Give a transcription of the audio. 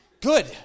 Good